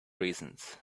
reasons